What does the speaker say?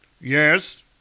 Yes